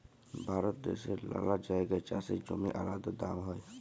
ভারত দ্যাশের লালা জাগায় চাষের জমির আলাদা দাম হ্যয়